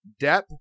Depp